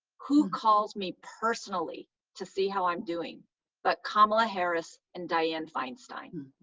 who calls me personally to see how i'm doing but kamala harris and dianne feinstein?